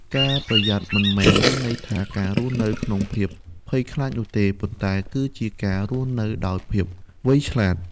ការប្រយ័ត្នមិនមែនមានន័យថាការរស់នៅក្នុងភាពភ័យខ្លាចនោះទេ ប៉ុន្តែគឺជាការរស់នៅដោយភាពវៃឆ្លាត។